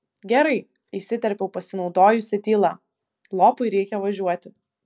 gerai įsiterpiau pasinaudojusi tyla lopui reikia važiuoti